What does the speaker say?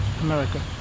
America